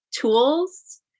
tools